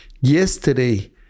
yesterday